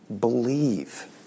believe